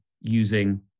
using